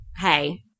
hey